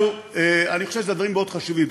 אני חושב שאלה דברים מאוד חשובים.